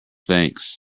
thanks